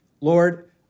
Lord